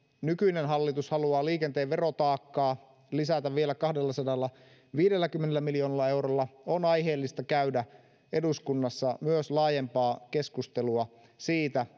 nykyinen hallitus haluaa liikenteen verotaakkaa lisätä vielä kahdellasadallaviidelläkymmenellä miljoonalla eurolla niin on aiheellista käydä eduskunnassa myös laajempaa keskustelua siitä